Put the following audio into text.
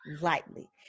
lightly